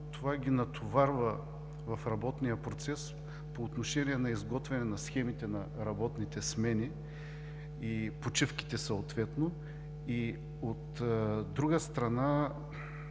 Това ги натоварва в работния процес по отношение на изготвяне на схемите на работните смени и почивките съответно. От друга страна